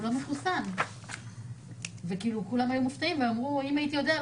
הוא לא מחסן וכולם היו מופתעים ואמרו שאם היו יודעים,